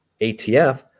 atf